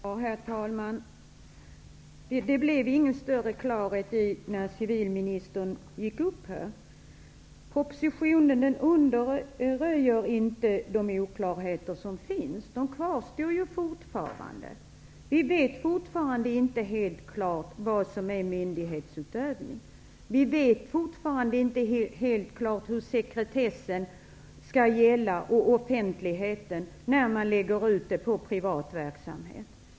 Herr talman! Det blev ingen större klarhet när civilministern gick upp i talarstolen. Propositionen undanröjer inte oklarheterna. Vi vet fortfarande inte helt klart vad som är myndighetsutövning. Vi vet fortfarande inte helt klart hur sekretessen och offentlighetsprincipen gäller när man lägger ut verksamheten i den privata sektorn.